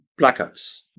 blackouts